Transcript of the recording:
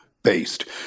Based